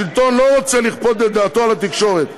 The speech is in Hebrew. השלטון לא רוצה לכפות את דעתו על התקשורת.